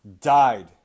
died